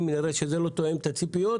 אם נראה שזה לא תואם את הציפיות,